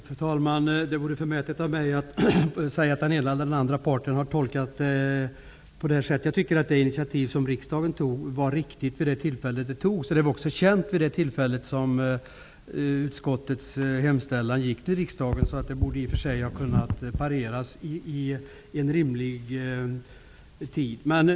Fru talman! Det vore förmätet av mig att säga att den ena eller den andra parten har tolkat rätt eller fel. Jag tycker att det initiativ som riksdagen tog var riktigt vid det tillfälle det togs. Initiativet var känt vid det tillfälle som utskottets hemställan gick till riksdagen, så det borde i och för sig ha kunnat pareras i rimlig tid.